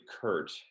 Kurt